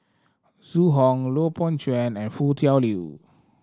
Zhu Hong Lui Pao Chuen and Foo Tui Liew